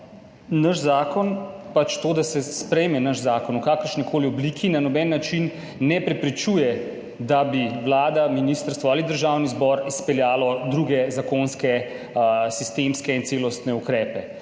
Naš zakon, pač to, da se sprejme naš zakon v kakršni koli obliki, na noben način ne preprečuje, da bi Vlada, ministrstvo ali Državni zbor izpeljali druge zakonske, sistemske in celostne ukrepe.